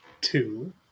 Two